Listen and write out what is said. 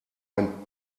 ein